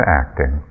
acting